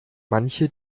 manche